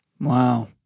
Wow